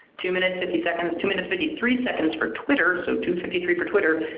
two minutes fifty seconds, two minutes fifty three seconds for twitter, so two fifty three for twitter,